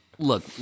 Look